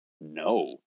no